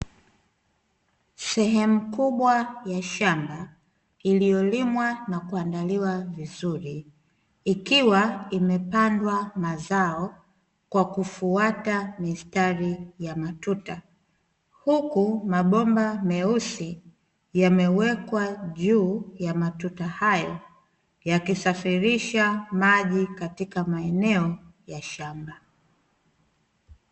Sehemu kubwa ya shamba iliyolimwa na kuandaliwa vizuri, ikiwa imepandwa mazao kwa kufuata mistari ya matuta, huku mabomba meusi yamewekwa juu ya matuta hayo yakisafirisha maji katika maeneo ya shamba.